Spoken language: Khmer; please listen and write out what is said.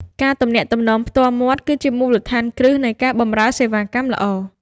ការទំនាក់ទំនងផ្ទាល់មាត់គឺជាមូលដ្ឋានគ្រឹះនៃការបម្រើសេវាកម្មល្អ។